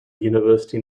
university